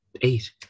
eight